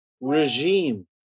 regime